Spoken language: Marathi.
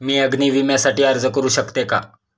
मी अग्नी विम्यासाठी अर्ज करू शकते का?